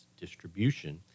distribution